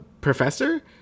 professor